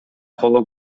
коло